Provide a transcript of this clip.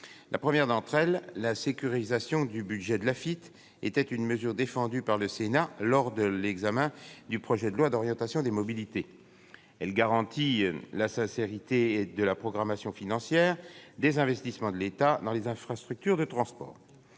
La première d'entre elles, la sécurisation du budget de l'Afitf, était une mesure défendue par le Sénat lors de l'examen du projet de loi d'orientation des mobilités. Elle garantit la sincérité de la programmation financière des investissements de l'État dans les infrastructures de transport.